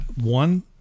one